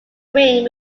ring